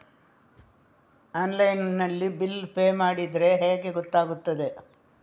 Online ನಲ್ಲಿ bill pay ಮಾಡಿದ್ರೆ ಹೇಗೆ ಗೊತ್ತಾಗುತ್ತದೆ?